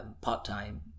part-time